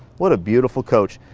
what a beautiful coach.